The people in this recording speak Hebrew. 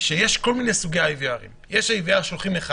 שיש כל מיני סוגי IVR, יש IVR ששולחים אחד